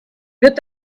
wird